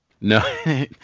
No